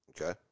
Okay